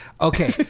Okay